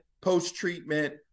post-treatment